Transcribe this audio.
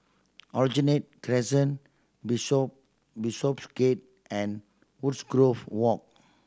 Aljunied Crescent Bishop Bishopsgate and Wood's grove Walk